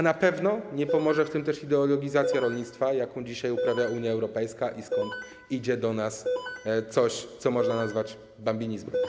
Na pewno nie pomoże w tym też ideologizacja rolnictwa, jaką dzisiaj uprawia Unia Europejska, z której idzie do nas coś, co można nazwać bambinizmem.